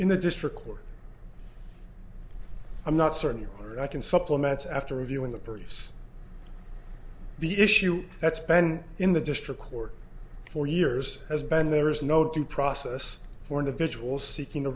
in the district court i'm not certain i can supplements after reviewing the purchase the issue that's ben in the district court for years has been there is no due process for individuals seeking to